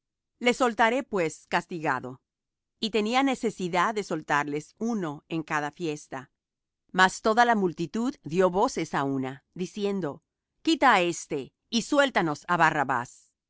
le soltaré pues castigado y tenía necesidad de soltarles uno en cada fiesta mas toda la multitud dió voces á una diciendo quita á éste y suéltanos á barrabás